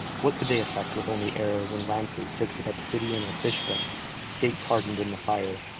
what could they effect with only arrows and lances tipped with obsidian or fish-bones, stakes hardened in the fire,